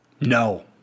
No